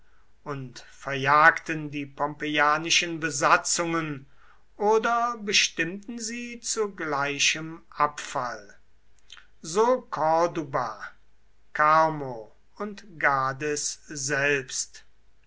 und verjagten die pompeianischen besatzungen oder bestimmten sie zu gleichem abfall so corduba carmo und gades selbst